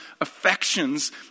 affections